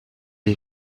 est